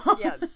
Yes